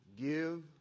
give